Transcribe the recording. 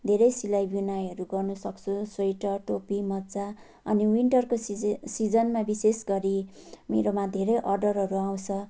धेरै सिलाइ बुनाइहरू गर्न सक्छु स्वेटर टोपी मोजा अनि विन्टरको सिज सिजनमा विशेष गरी मेरोमा धेरै अर्डरहरू आउँछ